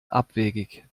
abwegig